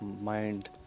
mind